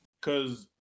Cause